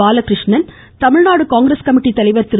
Balakrishnan Tamil Nadu Congress committee தலைவர் திரு